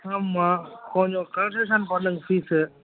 ஆமா கொஞ்சம் கன்செஷன் பண்ணுங்கள் ஃபீஸு